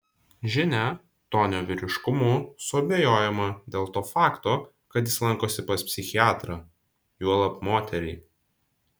žinia tonio vyriškumu suabejojama dėl to fakto kad jis lankosi pas psichiatrą juolab moterį